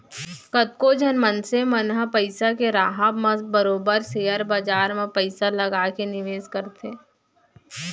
कतको झन मनसे मन ह पइसा के राहब म बरोबर सेयर बजार म पइसा लगा के निवेस करथे